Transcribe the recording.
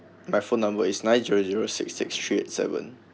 my phone number is nine zero zero six six three eight seven